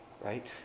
right